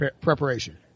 preparation